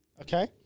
Okay